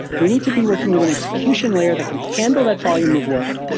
we need to be working with an execution layer that can handle that volume of work.